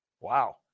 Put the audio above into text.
Wow